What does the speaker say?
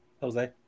Jose